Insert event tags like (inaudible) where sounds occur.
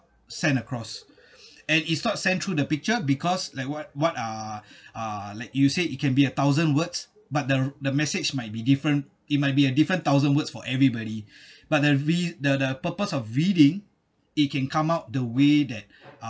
send across (noise) and it's not send through the picture because like what what uh Uh like you said it can be a thousand words but there the message might be different it might be a different thousand words for everybody (breath) but the rea~ the the purpose of reading it can come out the way that uh